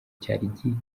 cyari